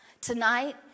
Tonight